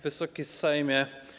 Wysoki Sejmie!